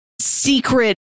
secret